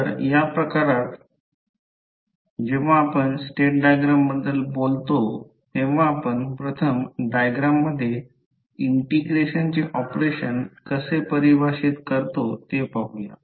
तर या प्रकरणात जेव्हा आपण स्टेट डायग्राम बद्दल बोलतो तेव्हा आपण प्रथम डायग्राम मध्ये इंटिग्रेशनचे ऑपरेशन कसे परिभाषित करतो ते पाहूया